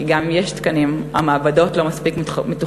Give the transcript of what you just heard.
כי גם אם יש תקנים המעבדות לא מספיק מתוחכמות.